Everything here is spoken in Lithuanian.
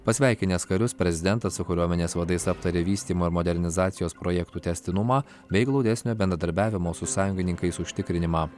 pasveikinęs karius prezidentas su kariuomenės vadais aptarė vystymo ir modernizacijos projektų tęstinumą bei glaudesnio bendradarbiavimo su sąjungininkais užtikrinimą